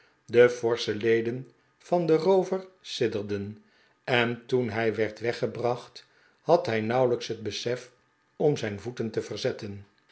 de forsche leden van den roover sidderden en toen hij werd weggebracht had hij nauwelijks het besef om zijn voeten te verzetten